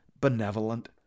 benevolent